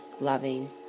loving